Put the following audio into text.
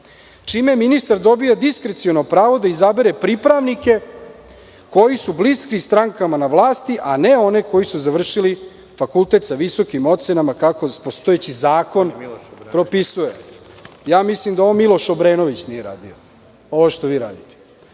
čime ministar dobija diskreciono pravo da izabere pripravnike koji su bliski strankama na vlasti, a ne one koji su završili fakultet sa visokim ocenama, kako postojeći zakon propisuje. Mislim da ovo ni Miloš Obrenović nije radio, ovo što vi radite. Naravno